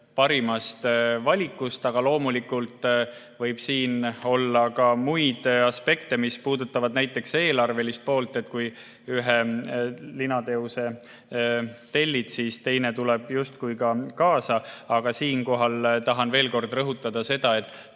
parimast valikust. Loomulikult võib siin olla ka muid aspekte, mis puudutavad eelarvelist poolt, nii et kui ühe linateose tellid, siis teine tuleb justkui automaatselt kaasa. Aga siinkohal tahan veel kord rõhutada seda, et